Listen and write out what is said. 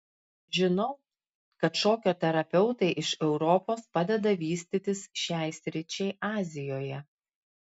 žinau kad šokio terapeutai iš europos padeda vystytis šiai sričiai azijoje